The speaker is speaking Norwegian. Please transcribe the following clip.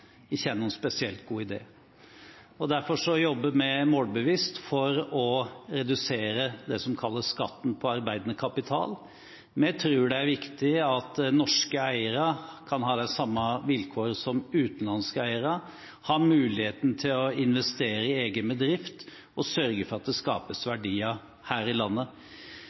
ikke er noen spesielt god idé. Derfor jobber vi målbevisst for å redusere det som kalles skatt på arbeidende kapital. Vi tror det er viktig at norske eiere kan ha de samme vilkårene som utenlandske eiere, ha muligheten til å investere i egen bedrift og sørge for at det skapes verdier her i landet.